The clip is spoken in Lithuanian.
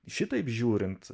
šitaip žiūrint